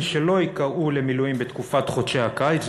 שלא ייקראו למילואים בתקופת חודשי הקיץ.